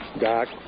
Doc